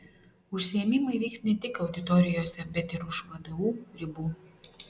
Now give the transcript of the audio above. užsiėmimai vyks ne tik auditorijose bet ir už vdu ribų